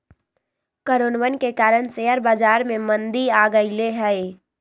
कोरोनवन के कारण शेयर बाजार में मंदी आ गईले है